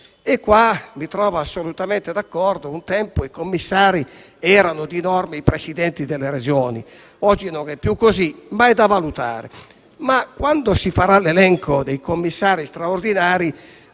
e mi trova assolutamente d'accordo. Un tempo, i commissari erano di norma i Presidenti delle Regioni: oggi non è più così, ma è da valutare. Quando si farà l'elenco dei commissari straordinari,